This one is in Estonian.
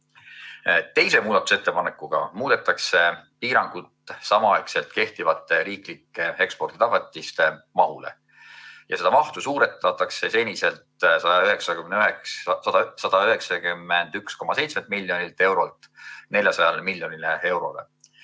Teise muudatusettepanekuga muudetakse piirangut samaaegselt kehtivate riiklike eksporditagatiste mahule. Seda mahtu suurendatakse seniselt 191,7 miljonilt eurolt 400 miljonile eurole.